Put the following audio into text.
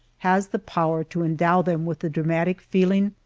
has the power to endow them with the dramatic feeling,